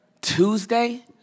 Tuesday